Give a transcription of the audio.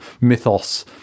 mythos